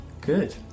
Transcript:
Good